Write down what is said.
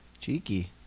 Cheeky